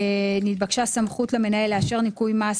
נתבקשה סמכות למנהל לאשר ניכוי מס